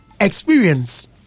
experience